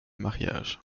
mariages